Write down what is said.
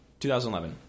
2011